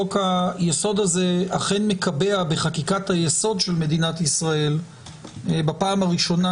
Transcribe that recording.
חוק היסוד הזה אכן מקבע בחקיקת היסוד של מדינת ישראל בפעם הראשונה